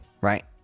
right